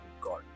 God